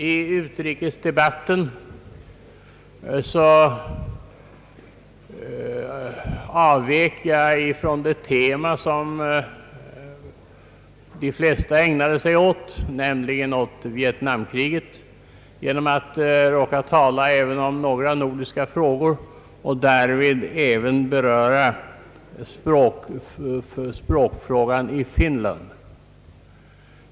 I utrikesdebatten avvek jag från det tema som de flesta ägnade sig åt, nämligen Vietnamkriget. Jag talade även om några nordiska frågor och berörde därvid språkproblemet i Finland.